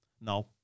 No